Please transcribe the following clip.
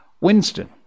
Winston